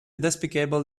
despicable